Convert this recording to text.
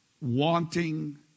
wanting